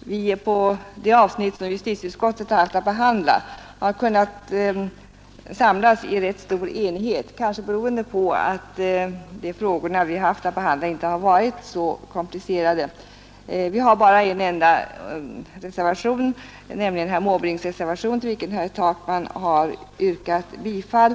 vi på de avsnitt som justitieutskottet har haft att behandla har kunnat samlas i rätt stor enighet, kanske beroende på att de frågor vi har haft att yttra oss om inte har varit så komplicerade. Vi har bara en enda reservation, nämligen herr Måbrinks reservation, till vilken herr Takman har yrkat bifall.